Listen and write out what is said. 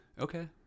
Okay